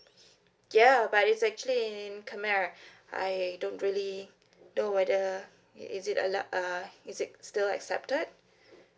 ya but it's actually in khmer I don't really know whether is it allowed uh is it still accepted